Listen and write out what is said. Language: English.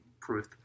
proof